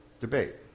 debate